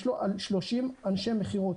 יש לו 30 אנשי מכירות,